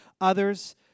others